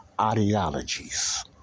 ideologies